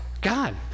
God